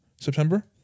September